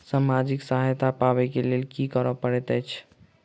सामाजिक सहायता पाबै केँ लेल की करऽ पड़तै छी?